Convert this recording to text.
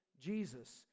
Jesus